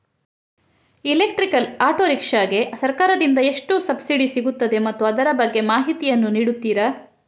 Electrical auto rickshaw ಗೆ ಸರ್ಕಾರ ದಿಂದ ಎಷ್ಟು ಸಬ್ಸಿಡಿ ಸಿಗುತ್ತದೆ ಮತ್ತು ಅದರ ಬಗ್ಗೆ ಮಾಹಿತಿ ಯನ್ನು ನೀಡುತೀರಾ?